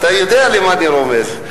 אתה יודע למה אני רומז.